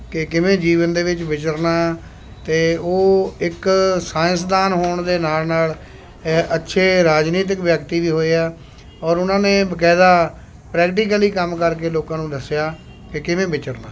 ਕਿ ਕਿਵੇਂ ਜੀਵਨ ਦੇ ਵਿੱਚ ਵਿਚਰਨਾ ਅਤੇ ਉਹ ਇੱਕ ਸਾਇੰਸਦਾਨ ਹੋਣ ਦੇ ਨਾਲ਼ ਨਾਲ਼ ਅੱਛੇ ਰਾਜਨੀਤਿਕ ਵਿਅਕਤੀ ਵੀ ਹੋਏ ਆ ਔਰ ਉਨ੍ਹਾਂ ਨੇ ਬਕਾਇਦਾ ਪ੍ਰੈਕਟੀਕਲੀ ਕੰਮ ਕਰਕੇ ਲੋਕਾਂ ਨੂੰ ਦੱਸਿਆ ਕਿ ਕਿਵੇਂ ਵਿਚਰਨਾ ਹੈ